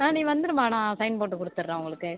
ஆ நீ வந்துரும்மா நான் சயின் போட்டு கொடுத்துட்றேன் உங்களுக்கு